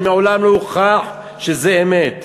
מעולם לא הוכח שזה אמת.